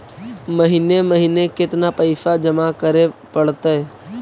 महिने महिने केतना पैसा जमा करे पड़तै?